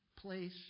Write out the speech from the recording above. place